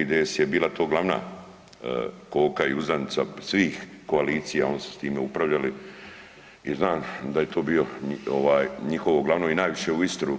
IDS-u je bila to glavna koka i uzdanica svih koalicija, oni su s time upravljali i znam da je to bio njihovo glavno i najviše u Istru